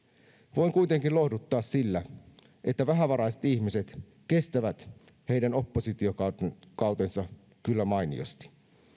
voin kuitenkin lohduttaa sillä että vähävaraiset ihmiset kestävät heidän oppositiokautensa kyllä mainiosti